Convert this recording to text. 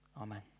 Amen